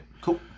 cool